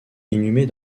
inhumé